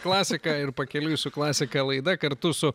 klasika ir pakeliui su klasika laida kartu su